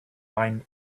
line